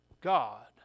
God